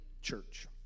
church